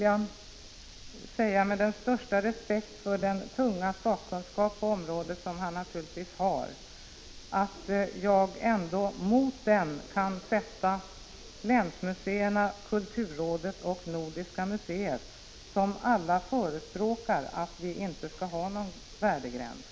Jag har den största respekt för den gedigna sakkunskap på området som Karl Erik Eriksson naturligtvis har. Men mot denna kan jag sätta länsmuseerna, kulturrådet och Nordiska museet, som alla förespråkar att vi inte skall ha någon värdegräns.